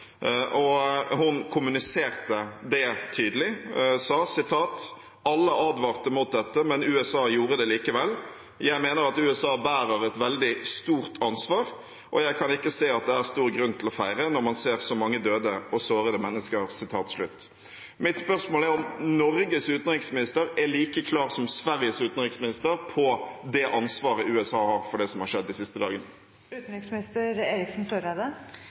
og hun kommuniserte det tydelig: «Alle advarte mot dette, men USA gjorde det likevel. Jeg mener at USA bærer et veldig stort ansvar, og jeg kan ikke se at det er stor grunn til å feire når man ser så mange døde og sårede mennesker.» Mitt spørsmål er om Norges utenriksminister er like klar som Sveriges utenriksminister på det ansvaret USA har for det som har skjedd de siste